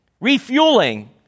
refueling